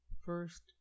first